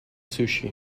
sushi